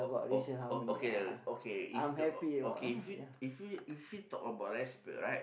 o~ o~ o~ okay okay if uh okay if we if we if we talk about respect right